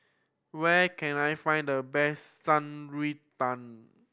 where can I find the best Shan Rui Tang